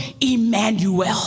Emmanuel